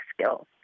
skills